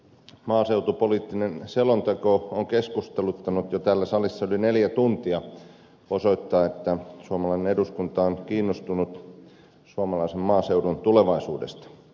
maaseutupoliittinen selonteko on keskusteluttanut täällä salissa jo yli neljä tuntia mikä osoittaa että suomalainen eduskunta on kiinnostunut suomalaisen maaseudun tulevaisuudesta